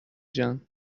جان